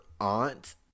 aunt